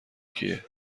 کیه